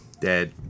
Dead